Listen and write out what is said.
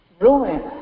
ruin